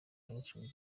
henshi